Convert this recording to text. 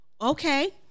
okay